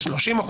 30%,